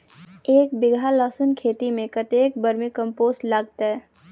एक बीघा लहसून खेती मे कतेक बर्मी कम्पोस्ट लागतै?